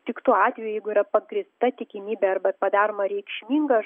tik tuo atveju jeigu yra pagrįsta tikimybė arba padaroma reikšminga